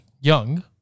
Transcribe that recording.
young